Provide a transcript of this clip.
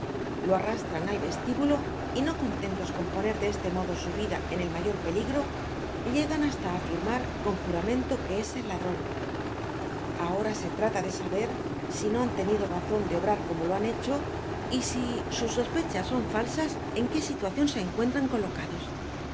lo arrastran al vestibulo y no contentos con poner de este modo su vida en el mayor peligro llegan hasta'á afirmar con juramento que es el ladron ahora se trata de saber si no han tenido razon de obrar como lo han hecho y si sus sospechas son falsas en que situacion se encuentran colocados